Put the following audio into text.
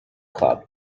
club